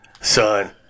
Son